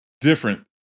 different